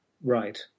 Right